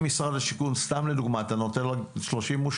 אם למשרד השיכון אתה נותן לו 32,